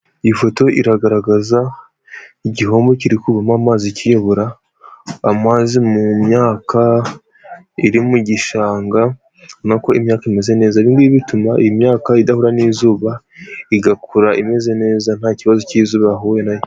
Iyi foto iragaragaza igihombo kiri kuvamo amazi kiyobora, amazi mu myaka iri mu gishanga, urabona ko imyaka imeze neza. Ibi ngibi bituma imyaka idahura n'izuba, igakura imeze neza nta kibazo cy'izuba yahuye nacyo.